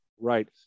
Right